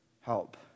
Help